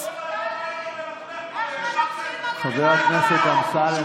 122, חבר הכנסת קרעי,